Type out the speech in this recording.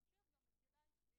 לכן, החלופה שאנחנו מציעים היא